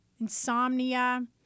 insomnia